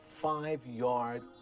five-yard